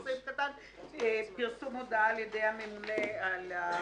סעיף קטן ל"פרסום הודעה על ידי הממונה לרשות,